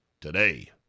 Today